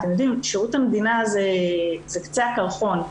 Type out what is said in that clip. שירות המדינה זה קצה הקרחון,